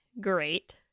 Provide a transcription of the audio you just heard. Great